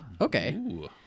Okay